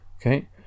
okay